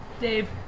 Dave